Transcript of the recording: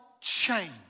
change